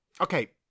Okay